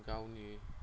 गावनि